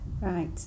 right